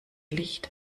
licht